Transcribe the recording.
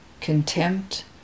contempt